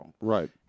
Right